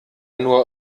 nur